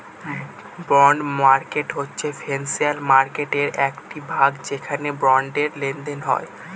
bond market হচ্ছে financial মার্কেটের একটি ভাগ যেখানে বন্ডের লেনদেন হয়